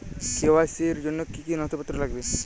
KYC র জন্য কি কি নথিপত্র লাগবে?